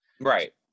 right